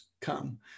come